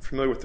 from there with the